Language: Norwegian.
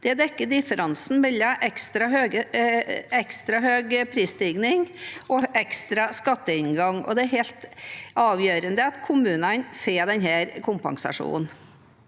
Det dekker differansen mellom ekstra høy prisstigning og ekstra høy skatteinngang, og det er helt avgjørende at kommunene får denne kompensasjonen.